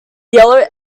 yellow